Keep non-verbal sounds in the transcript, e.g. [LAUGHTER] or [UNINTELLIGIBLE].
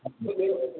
[UNINTELLIGIBLE]